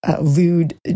Lewd